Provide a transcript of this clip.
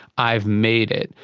i've made it.